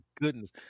goodness